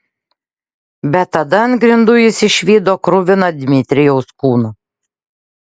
bet tada ant grindų jis išvydo kruviną dmitrijaus kūną